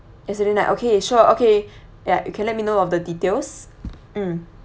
yesterday night okay sure okay ya you can let me know of the details mm